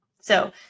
So-